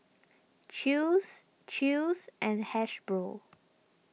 Chew's Chew's and Hasbro